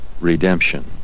redemption